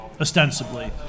ostensibly